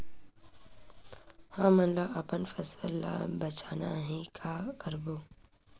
हमन ला अपन फसल ला बचाना हे का करबो?